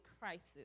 crisis